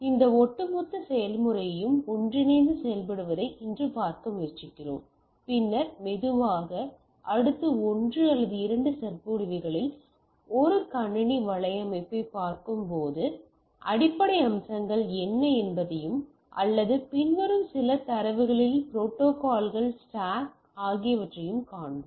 இந்த ஒட்டுமொத்த செயல்முறையும் ஒன்றிணைந்து செயல்படுவதை இன்று பார்க்க முயற்சிக்கிறோம் பின்னர் மெதுவாக அடுத்த 1 அல்லது 2 சொற்பொழிவுகளில் ஒரு கணினி வலையமைப்பைப் பார்க்கும்போது அடிப்படை அம்சங்கள் என்ன என்பதையும் அல்லது பின்வரும் சில தரங்களில் ப்ரோட்டோக்காள் ஸ்டாக் ஆகியவற்றையும் காண்போம்